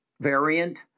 variant